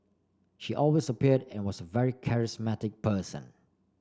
she always appeared and was very charismatic person